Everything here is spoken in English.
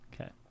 Okay